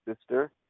sister